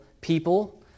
people